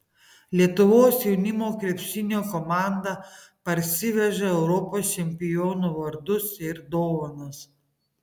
lietuvos jaunimo krepšinio komanda parsiveža europos čempionų vardus ir dovanas